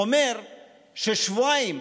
שאומר ששבועיים,